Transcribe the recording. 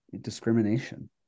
discrimination